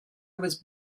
was